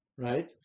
Right